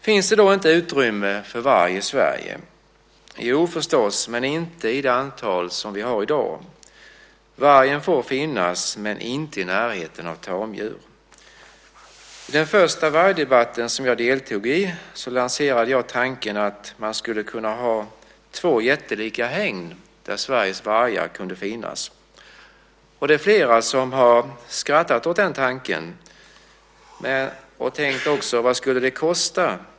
Finns det då inte utrymme för varg i Sverige? Jo, förstås, men inte i det antal som vi har i dag. Vargen får finnas, men inte i närhet av tamdjur. I den första vargdebatt som jag deltog i lanserade jag tanken att man skulle kunna ha två jättelika hägn där Sveriges vargar kunde finnas. Det är flera som har skrattat åt den tanken och också tänkt: Vad skulle det kosta?